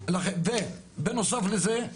בנוסף לזה,